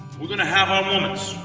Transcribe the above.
we're gonna have our moments.